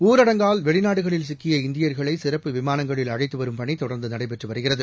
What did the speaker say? ஊரடங்கால் வெளிநாடுகளில் சிக்கிய இந்தியர்களைசிறப்பு விமானங்களில் அழைத்துவரும் பணிதொடர்ந்துநடைபெற்றுவருகிறது